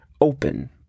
open